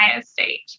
State